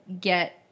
get